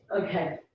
Okay